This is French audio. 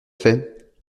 fait